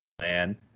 man